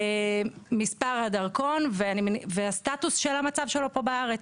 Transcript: מספר הדרכון והסטטוס של המצב שלו פה בארץ.